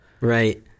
Right